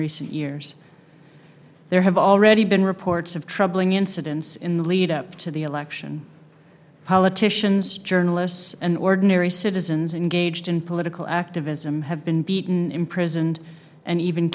recent years there have already been reports of troubling incidents in the lead up to the election politicians journalists and ordinary citizens engaged in political activism have been beaten imprisoned and even